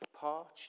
Parched